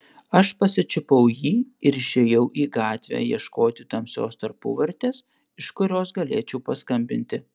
aš pasičiupau jį ir išėjau į gatvę ieškoti tamsios tarpuvartės iš kurios galėčiau paskambinti